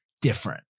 different